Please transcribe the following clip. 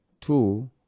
two